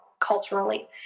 culturally